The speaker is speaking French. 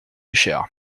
cher